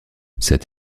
cet